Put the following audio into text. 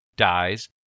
dies